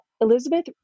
Elizabeth